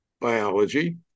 biology